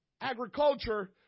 agriculture